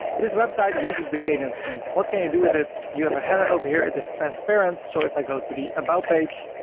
this website uses the kadence theme. what can you do with it? you have a header over here. it is transparent so if i go to the about page,